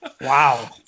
Wow